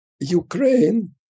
Ukraine